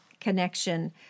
connection